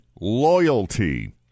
Loyalty